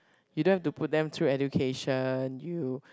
you don't have to put them through education you